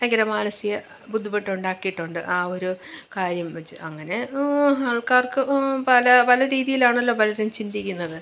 ഭയങ്കര മാനസിക ബുദ്ധിമുട്ടുണ്ടാക്കിയിട്ടുണ്ട് ആ ഒരു കാര്യം വെച്ച് അങ്ങനെ ആൾക്കാർക്ക് പല പല രീതിയിലാണല്ലോ പലരും ചിന്തിക്കുന്നത്